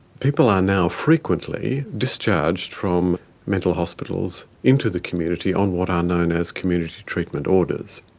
people are now frequently discharged from mental hospitals into the community on what are known as community treatment orders.